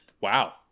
wow